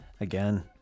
again